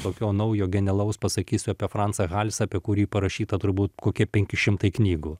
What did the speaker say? tokio naujo genialaus pasakysiu apie francą halis apie kurį parašyta turbūt kokie penki šimtai knygų